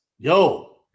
Yo